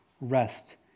rest